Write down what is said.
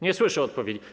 Nie słyszę odpowiedzi.